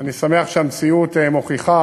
ואני שמח שזה מתבצע והמציאות מוכיחה